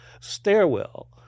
stairwell